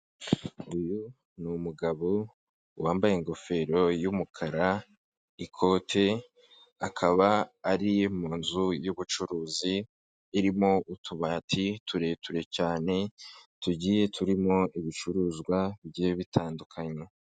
Uyu ni umugabo wambaye ingofero y'umukara n'ikote, akaba ari mu nzu y'ubucuruzi, irimo utubati turerure cyane tugiye turimo ibicuruzwa bigiye bitandukanye.